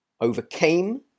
overcame